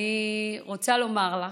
אני רוצה לומר לך,